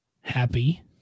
happy